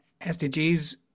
SDGs